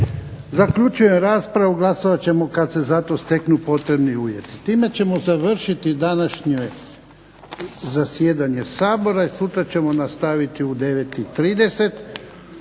Zaključujem raspravu. Glasovat ćemo kada se za to steknu potrebni uvjeti. Time ćemo završiti današnje zasjedanje SAbora, sutra ćemo nastaviti u 9,30